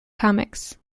comics